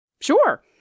Sure